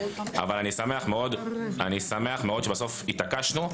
אבל אני שמח מאוד שבסוף התעקשנו.